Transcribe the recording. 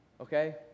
Okay